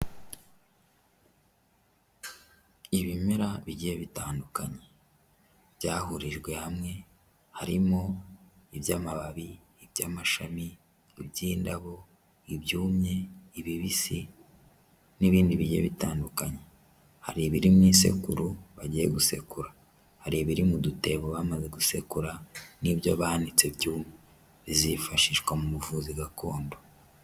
Ibimera bigiye bitandukanye byahurijwe hamwe harimo iby'amababi, iby'amashami iby'indabo, ibyumye, ibibisi, n'ibindi bindi bigiye bitandukanye hari ibiri mu isekuru bagiye gusekura hari ibiri mu dutebo bamaze gusekura n'ibyo banitse byo bizifashishwa mu buvuzi gakondo.